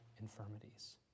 infirmities